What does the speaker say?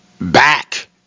back